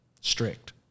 strict